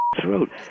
throat